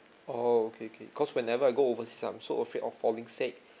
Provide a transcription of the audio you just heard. oh okay okay cause whenever I go oversea I'm so afraid of falling sick